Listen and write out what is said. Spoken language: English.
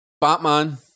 Batman